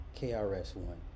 KRS-One